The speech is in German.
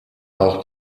auch